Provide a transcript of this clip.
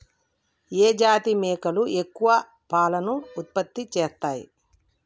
ఏ జాతి మేకలు ఎక్కువ పాలను ఉత్పత్తి చేస్తయ్?